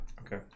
Okay